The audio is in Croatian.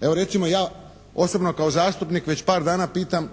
Evo recimo ja osobno kao zastupnik već par dana pitam